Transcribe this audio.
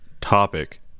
topic